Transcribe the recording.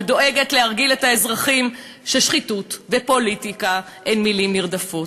ודואגת להרגיל את האזרחים ששחיתות ופוליטיקה הן מילים נרדפות.